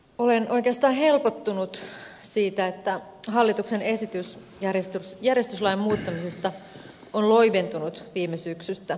olen oikeastaan helpottunut siitä että hallituksen esitys järjestyslain muuttamisesta on loiventunut viime syksystä